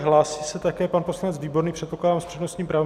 Hlásí se také pan poslanec Výborný, předpokládám s přednostním právem.